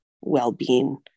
well-being